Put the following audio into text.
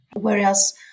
whereas